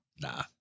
nah